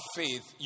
faith